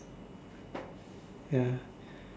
ya